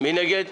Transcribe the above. מי נגד?